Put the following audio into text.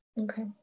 okay